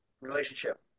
relationship